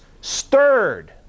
stirred